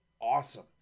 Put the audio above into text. awesome